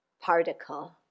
particle